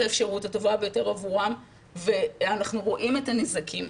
האפשרות הטובה ביותר עבורם ואנחנו רואים את הנזקים.